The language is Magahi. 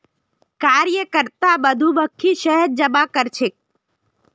कार्यकर्ता मधुमक्खी शहद जमा करछेक